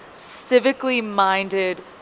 civically-minded